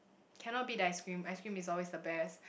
cannot beat the ice-cream ice-cream is always the best